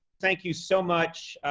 thank you so much,